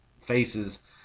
faces